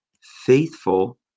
faithful